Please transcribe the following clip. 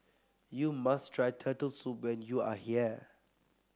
you must try Turtle Soup when you are here